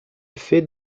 fait